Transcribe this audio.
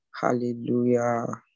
Hallelujah